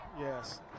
Yes